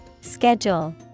Schedule